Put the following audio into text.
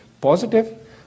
positive